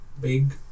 big